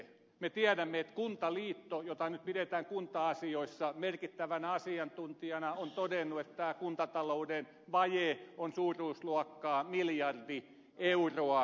me tiedämme että kuntaliitto jota nyt pidetään kunta asioissa merkittävänä asiantuntijana on todennut että kuntatalouden vaje on suuruusluokkaa miljardi euroa